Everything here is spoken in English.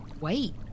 wait